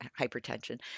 hypertension